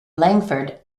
langford